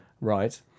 right